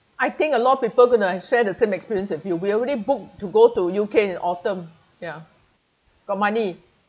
I think a lot of people gonna share the same experience with you we already book to go to U_K in autumn ya got money